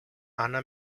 anna